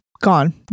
gone